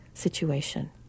situation